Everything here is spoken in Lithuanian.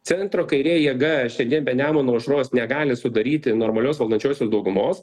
centro kairė jėga šiandien be nemuno aušros negali sudaryti normalios valdančiosios daugumos